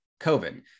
COVID